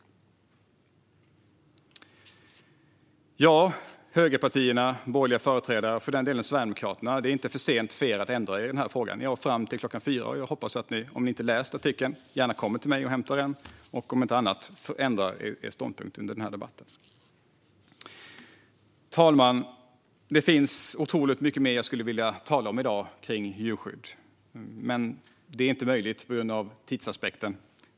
Högerpartierna, företrädare för de borgerliga partierna och för den delen Sverigedemokraterna: Det är inte för sent för er att ändra er i den här frågan. Ni har fram till klockan 16.00 på er. Om ni inte har läst artikeln hoppas jag att ni gärna kommer till mig och hämtar den och ändrar er ståndpunkt under den här debatten. Fru talman! Det finns otroligt mycket mer jag skulle vilja tala om i dag om djurskydd. Men det är uppenbarligen inte möjligt på grund av tidsaspekten.